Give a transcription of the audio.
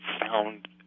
found